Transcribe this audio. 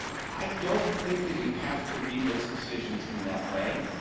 i don't think that you have to read those decisions in that way.